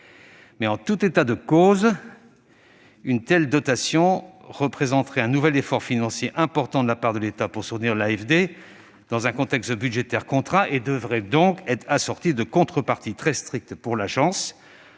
En tout état de cause, une telle dotation représenterait un nouvel effort financier important de la part de l'État pour soutenir l'AFD, dans un contexte budgétaire contraint, et devrait donc être assortie de contreparties très strictes pour l'Agence,